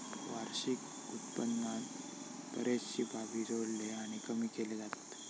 वार्षिक उत्पन्नात बरेचशे बाबी जोडले आणि कमी केले जातत